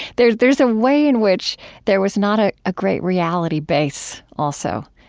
there's there's a way in which there was not ah a great reality base also.